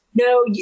no